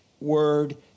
word